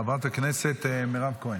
חברת הכנסת מירב כהן.